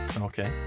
Okay